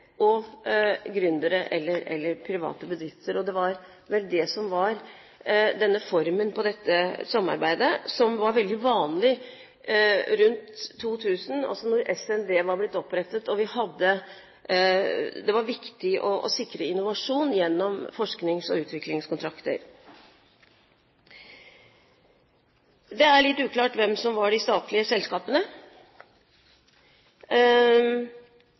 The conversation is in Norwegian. og gründere eller private bedrifter. Det var vel det som var formen på dette samarbeidet, en form som var veldig vanlig rundt 2000, altså da SND var blitt opprettet og det var viktig å sikre innovasjon gjennom forsknings- og utviklingskontrakter. Det er litt uklart hvem som var de statlige selskapene,